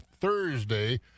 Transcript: thursday